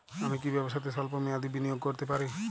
আমি কি ব্যবসাতে স্বল্প মেয়াদি বিনিয়োগ করতে পারি?